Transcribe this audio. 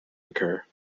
occur